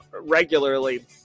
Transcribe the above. regularly